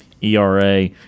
ERA